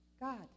God